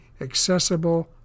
accessible